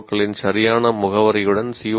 ஓக்களின் சரியான முகவரியுடன் சி